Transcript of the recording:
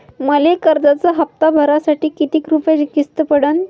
मले कर्जाचा हप्ता भरासाठी किती रूपयाची किस्त पडन?